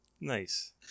Nice